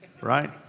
right